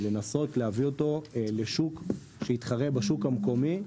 ולנסות להביא אותו אל השוק, שיתחרה בשוק המקומי.